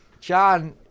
John